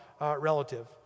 relative